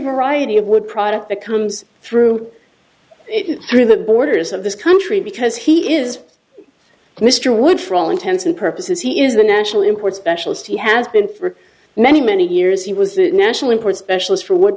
variety of wood product that comes through through the borders of this country because he is mr wood for all intents and purposes he is the national import specialist he has been for many many years he was a national import specialist for w